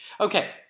Okay